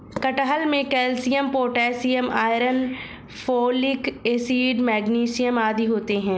कटहल में calcium potassium iron folic acid magnesium आदि होते हैं